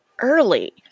early